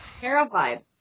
terrified